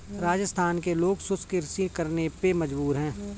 राजस्थान के लोग शुष्क कृषि करने पे मजबूर हैं